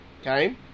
okay